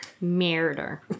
Murder